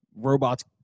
robots